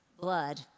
blood